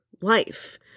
life